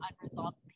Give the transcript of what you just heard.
unresolved